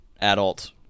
adult